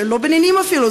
שהם לא בניינים אפילו,